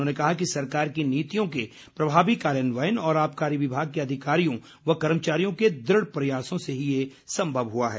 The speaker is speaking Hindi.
उन्होंने कहा कि सरकार की नीतियों के प्रभावी कार्यान्वयन और आबकारी विभाग के अधिकारियों व कर्मचारियों के दृढ़ प्रयासों से ही ये संभव हुआ है